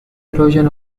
erosion